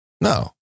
No